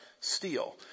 steal